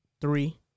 three